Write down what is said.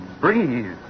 breathe